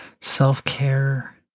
self-care